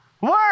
Work